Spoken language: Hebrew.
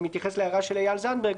אני מתייחס להערה של איל זנדברג,